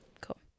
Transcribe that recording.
cool